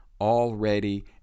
already